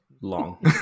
long